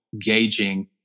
gauging